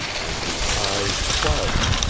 and his eyes clouded,